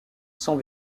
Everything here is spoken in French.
sans